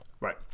Right